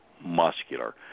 muscular